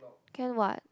can what